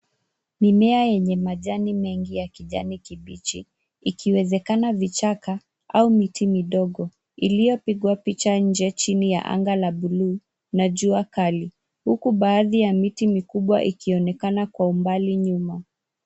Mimea yenye majani mengi ya kijani kibichi ikiwezekana vichaka au miti midogo iliyopigwa picha nje chini ya anga la buluu na jua kali huku baadhi ya miti mikubwa ikionekana kwa umbali nyuma.